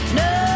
no